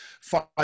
five